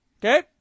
Okay